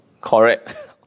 Correct